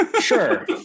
sure